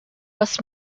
was